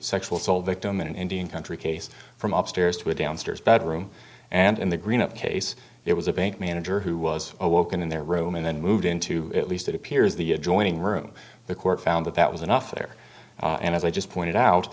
sexual assault victim in an indian country case from up stairs to a downstairs bedroom and in the green case it was a bank manager who was awoken in their room and then moved into at least it appears the adjoining room the court found that that was enough there and as i just pointed out